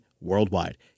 worldwide